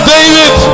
David